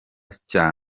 cya